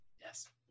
Yes